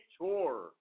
Tour